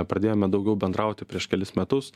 pradėjome daugiau bendrauti prieš kelis metus